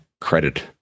credit